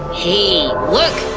hey, look!